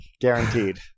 guaranteed